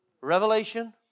revelation